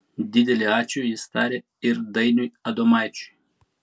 didelį ačiū jis taria ir dainiui adomaičiui